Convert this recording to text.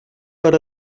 per